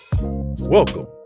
Welcome